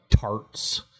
tarts